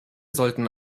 sollten